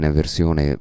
versione